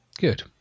Good